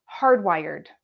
hardwired